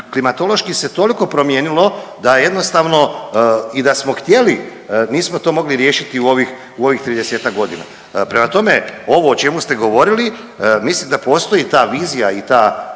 klimatološki se toliko promijenilo da jednostavno i da smo htjeli nismo to mogli riješiti u ovih tridesetak godina. Prema tome, ovo o čemu ste govorili mislim da postoji ta vizija i ta